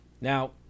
Now